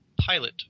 pilot